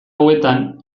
hauetan